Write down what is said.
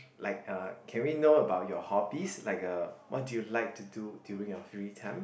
like uh can we know about your hobbies like uh what do you like to do during your free time